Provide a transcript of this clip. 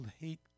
Hate